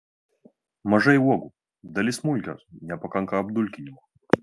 mažai uogų dalis smulkios nepakanka apdulkinimo